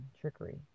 Trickery